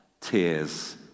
tears